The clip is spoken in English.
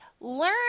learn